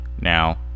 now